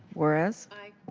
juarez. aye.